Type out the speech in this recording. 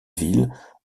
villes